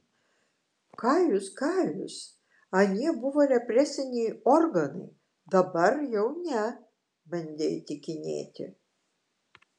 ką jūs ką jūs anie buvo represiniai organai dabar jau ne bandė įtikinėti